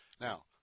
Now